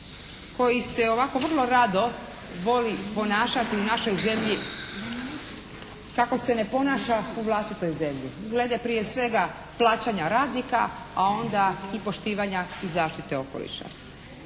koji se ovako vrlo rado voli ponašati u našoj zemlji kako se ne ponaša u vlastitoj zemlji glede prije svega plaćanja radnika a onda i poštivanja i zaštite okoliša.